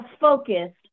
focused